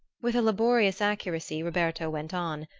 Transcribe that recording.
with a laborious accuracy roberto went on,